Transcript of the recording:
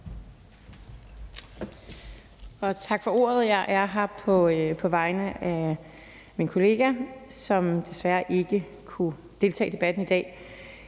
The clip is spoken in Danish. Tak for ordet. Jeg er her på vegne af min kollega, som desværre ikke kunne deltage i debatten i dag,